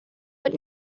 but